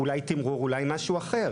אולי תמרור ואולי משהו אחר.